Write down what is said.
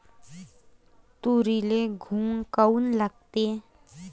तुरीले घुंग काऊन लागते?